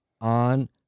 on